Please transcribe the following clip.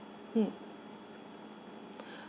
mm